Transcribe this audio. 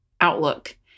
outlook